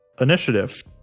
initiative